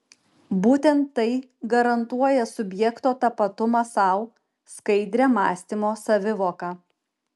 būtent tai garantuoja subjekto tapatumą sau skaidrią mąstymo savivoką